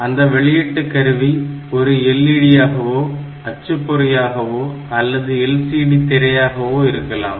அந்த கருவி ஒரு LED யாகவோ அச்சுப்பொறியாகவோ அல்லது LCD திரையாகவோ இருக்கலாம்